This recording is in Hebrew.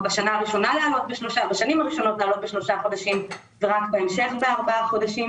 למה לא בשנים הראשונות להעלות בשלושה חודשים ורק בהמשך בארבעה חודשים?